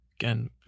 Again